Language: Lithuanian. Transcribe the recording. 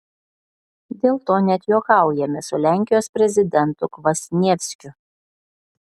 dėl to net juokaujame su lenkijos prezidentu kvasnievskiu